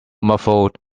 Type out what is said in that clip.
muffled